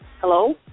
Hello